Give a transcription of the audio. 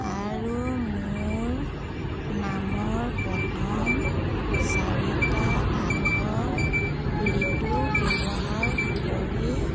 আৰু মোৰ নামৰ প্ৰথম চাৰিটা আখৰ ৰিতু ব্যৱহাৰ কৰি